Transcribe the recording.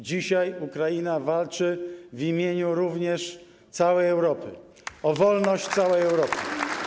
Dzisiaj Ukraina walczy w imieniu również całej Europy, o wolność całej Europy.